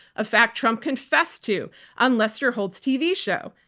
a fact trump confessed to on lester holt's tv show.